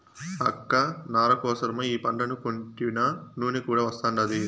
అక్క నార కోసరమై ఈ పంటను కొంటినా నూనె కూడా వస్తాండాది